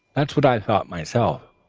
that's what i thought myself.